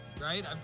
Right